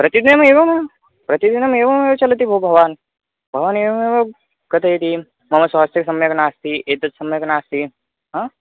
प्रतिदिनम् एवं प्रतिदिनम् एवमेव चलति भो भवान् भवान् एवमेव कथयति मम स्वास्थ्यः सम्यक् नास्ति एतत् सम्यक् नास्ति हा